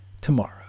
tomorrow